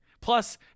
Plus